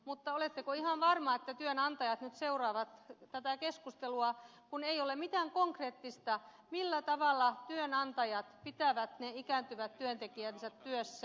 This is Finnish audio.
mutta oletteko ihan varma että työnantajat nyt seuraavat tätä keskustelua kun ei ole mitään konkreettista millä tavalla työnantajat pitävät ne ikääntyvät työntekijänsä työssä